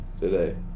today